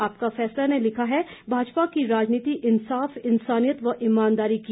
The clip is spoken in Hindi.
आपका फैसला ने लिखा है भाजपा की राजनीति इंसाफ इनसानियत व ईमानदारी की